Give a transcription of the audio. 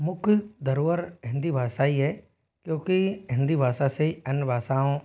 मुख्य धरोहर हिंदी भाषा ही है क्योंकि हिंदी भाषा से अन्य भाषाओं